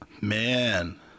Man